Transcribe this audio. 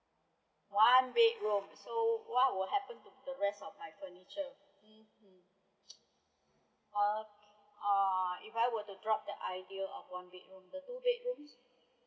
one bedroom so what will happen to the rest of my furniture mmhmm uh if I were to drop the idea of one bedroom the two bedrooms